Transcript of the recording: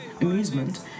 amusement